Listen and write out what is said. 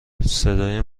صدای